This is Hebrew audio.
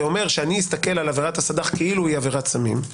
אומר שאסתכל על עבירת הסד"ח כאילו היא עבירת סמים,